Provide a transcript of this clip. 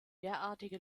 derartige